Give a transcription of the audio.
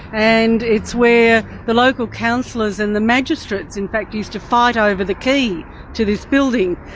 and it's where the local counsellors and the magistrates in fact used to fight over the key to this building,